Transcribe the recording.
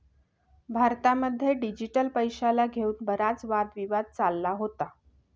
भारतामध्ये डिजिटल पैशाला घेऊन बराच वादी वाद चालला होता